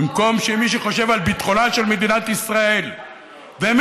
במקום שמי שחושב על ביטחונה של מדינת ישראל ומי